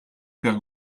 père